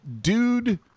dude